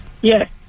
Yes